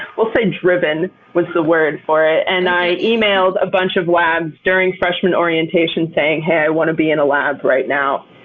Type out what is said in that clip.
we'll say driven was the word for it. and i emailed a bunch of labs during freshmen orientation saying, hey, i want to be in a lab right now.